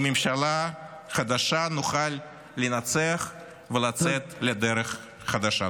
עם ממשלה חדשה נוכל לנצח ולצאת לדרך חדשה.